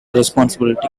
responsibility